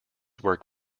work